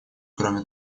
кроме